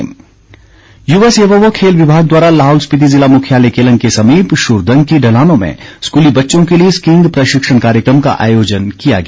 स्कीई ग युवा सेवा व खेल विभाग द्वारा लाहौल स्पिति जिला मुख्यालय केलंग के समीप शुरदंग की ढलानों में स्कूली बँच्वों के लिए स्कीईग प्रशिक्षण कार्यक्रम का आयोजन किया गया